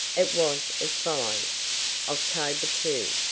it was as follows october two.